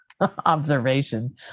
observation